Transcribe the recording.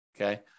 Okay